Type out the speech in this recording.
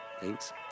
Thanks